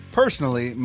personally